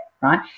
right